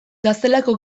gaztelako